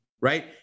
right